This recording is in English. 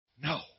No